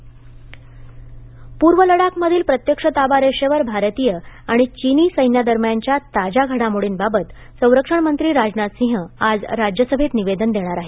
राजनाथ निवेदन पूर्व लडाखमधील प्रत्यक्ष ताबा रेषेवर भारतीय आणि चिनी सैन्या दरम्यानच्या ताज्या घडामोडींबाबत संरक्षणमंत्री राजनाथ सिंह आज राज्यसभेत निवेदन देणार आहेत